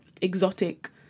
exotic